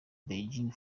beijing